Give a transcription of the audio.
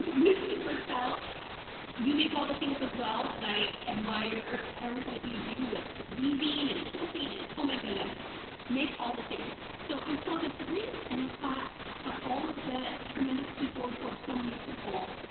misty purcell you make all the things as well, and i admire everything that you do with weaving and quilting and oh my goodness make all the things. so i saw this wreath and i thought of all of the tremendous people who are so musical,